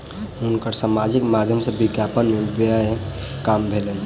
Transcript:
हुनका सामाजिक माध्यम सॅ विज्ञापन में व्यय काम भेलैन